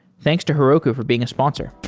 thanks to heroku for being a sponsor.